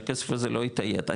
שהכסף הזה לא יתאייד,